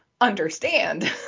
understand